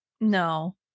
No